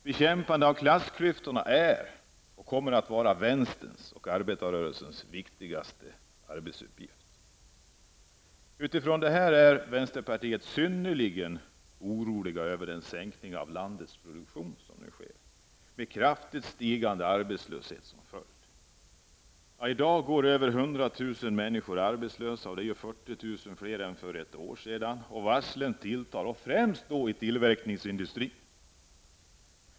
Bekämpandet av klassklyftorna är, och kommer att vara, vänsterns och arbetarrörelsens viktigaste arbetsuppgift. Utifrån detta resonemang är vi i vänsterpartiet synnerligen oroade över den sänkning av landets produktion som nu sker, med en kraftig stigande arbetslöshet som följd. I dag går över 100 000 människor arbetslösa. Det är 40 000 fler än för ett år sedan. Vidare tilltar antalet varsel, speciellt inom tillverkningsindustrin.